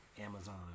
Amazon